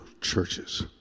churches